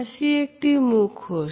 হাসি একটি মুখোশ